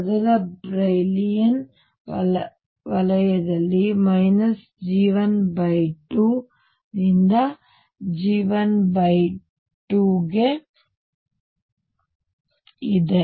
ಮೊದಲ ಬ್ರಿಲೌಯಿನ್ ವಲಯದಲ್ಲಿ G1 2 ರಿಂದ G1 2 ಗೆ ಇದೆ